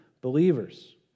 believers